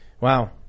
Wow